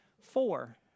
Four